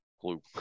clue